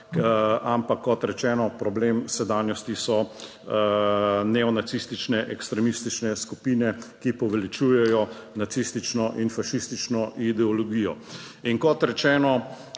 ampak, kot rečeno, problem sedanjosti so neonacistične ekstremistične skupine, ki poveličujejo nacistično in fašistično ideologijo in kot rečeno,